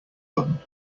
button